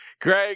Greg